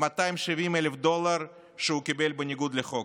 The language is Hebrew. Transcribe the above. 270,000 דולר שהוא קיבל בניגוד לחוק.